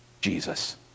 Jesus